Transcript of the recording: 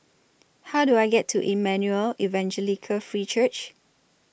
How Do I get to Emmanuel Evangelical Free Church